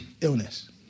illness